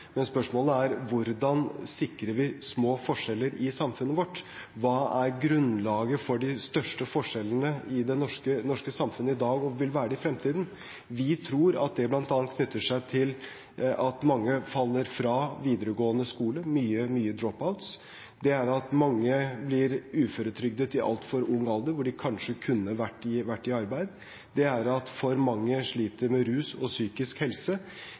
men spørsmålet er: Hvordan sikrer vi små forskjeller i samfunnet vårt? Hva er grunnlaget for de største forskjellene i det norske samfunnet i dag og vil være det i fremtiden? Vi tror at det bl.a. knytter seg til at mange faller fra videregående skole – mye drop-outs. Det er at mange blir uføretrygdet i altfor ung alder, hvor de kanskje kunne vært i arbeid. Det er at for mange sliter med rus og psykisk helse.